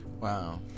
Wow